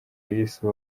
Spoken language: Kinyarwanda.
yise